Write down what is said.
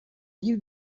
you